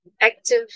active